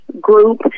group